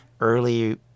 early